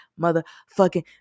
motherfucking